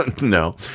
No